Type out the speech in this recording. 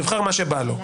שיבחר מה שבא לו,